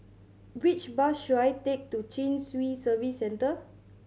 which bus should I take to Chin Swee Service Centre